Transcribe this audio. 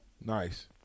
Nice